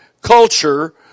culture